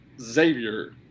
Xavier